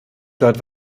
dort